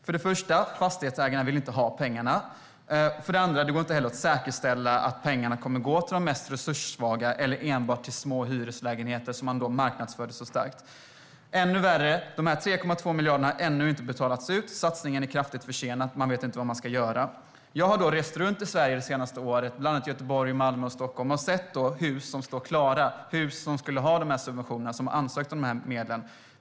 För det första vill fastighetsägarna inte ha pengarna. För det andra går det heller inte att säkerställa att pengarna kommer att gå till de mest resurssvaga eller enbart till små hyreslägenheter, som man marknadsförde så starkt. Än värre är att dessa 3,2 miljarder ännu inte har betalats ut. Satsningen är kraftigt försenad. Man vet inte vad man ska göra. Jag har rest runt det senaste året i bland annat Göteborg, Malmö och Stockholm och sett hus som står klara som skulle ha de här subventionerna och där man ansökt om medlen.